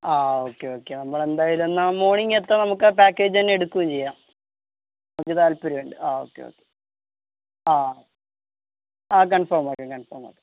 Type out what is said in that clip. ആ okay okay നമ്മളെന്തായാലും എന്നാൽ മോണിംഗ് എത്താം നമുക്കാ പക്കേജ് തന്നെ എടുക്കുകയും ചെയ്യാം ഒരു താല്പര്യമുണ്ട് ആ ഓക്കെ ഓക്കെ ആ ആ കൺഫെം ആക്കാം കൺഫെം ആക്കാം